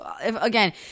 Again